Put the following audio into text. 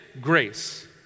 grace